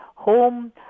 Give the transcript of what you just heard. home